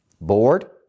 bored